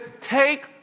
take